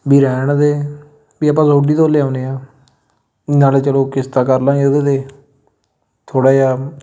ਵੀ ਰਹਿਣ ਦੇ ਵੀ ਆਪਾਂ ਸੋਡੀ ਤੋਂ ਲਿਆਉਂਦੇ ਆ ਨਾਲੇ ਚਲੋ ਕਿਸ਼ਤਾਂ ਕਰਲਾਂਗੇ ਉਹਦੇ ਅਤੇ ਥੋੜ੍ਹਾ ਜਿਹਾ